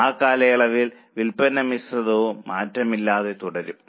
ആ കാലയളവിൽ വിൽപ്പന മിശ്രിതവും മാറ്റമില്ലാതെ തുടരണം